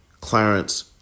Clarence